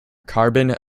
carbon